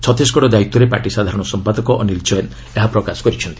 ଛତିଶଗଡ଼ ଦାୟିତ୍ୱରେ ପାର୍ଟି ସାଧାରଣ ସମ୍ପାଦକ ଅନିଲ୍ ଜୈନ୍ ଏହା ପ୍ରକାଶ କରିଛନ୍ତି